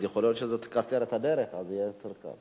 יכול להיות שאם תקצר את הדרך, זה יהיה יותר קל.